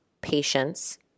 Patience